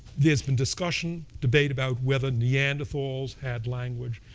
there's been discussion, debate about whether neanderthals had language.